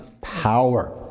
power